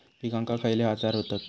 पिकांक खयले आजार व्हतत?